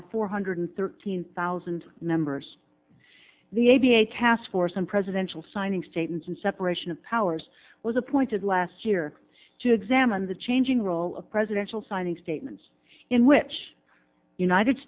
our four hundred thirteen thousand members the a b a task force on presidential signing statements and separation of powers was appointed last year to examine the changing role of presidential signing statements in which united